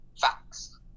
facts